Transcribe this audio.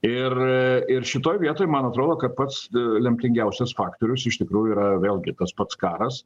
ir ir šitoj vietoj man atrodo kad pats lemtingiausias faktorius iš tikrųjų yra vėlgi tas pats karas